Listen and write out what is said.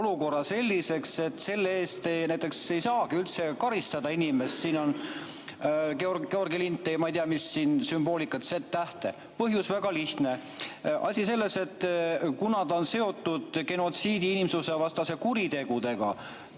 olukorra selliseks, et selle eest ei saagi inimest üldse karistada. Siin on Georgi lint ja ma ei tea, mis sümboolika, Z-täht. Põhjus väga lihtne. Asi selles, et kuna see on seotud genotsiidi ja inimsusevastaste kuritegudega,